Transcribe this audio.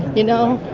you know?